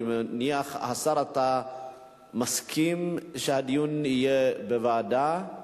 אני מניח שאתה מסכים שהדיון יהיה בוועדה,